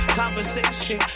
conversation